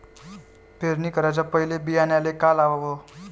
पेरणी कराच्या पयले बियान्याले का लावाव?